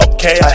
Okay